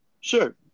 Sure